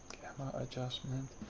adjustment.